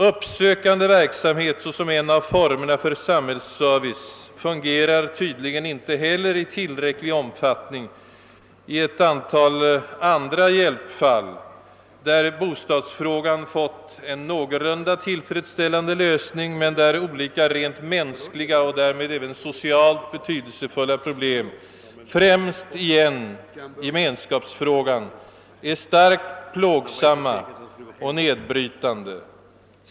Uppsökande verksamhet som en av formerna för samhällsservice fungerar tydligen inte heller i tillräcklig omfattning i ett antal andra hjälpfall, där bostadsfrågan fått en någorlunda tillfredsställande lösning men där olika rent mänskliga och därmed även socialt betydelsefulla problem — återigen främst gemenskapsfrågan — är starkt plågsamma och nedbrytande.